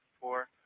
four